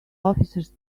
officers